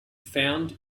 found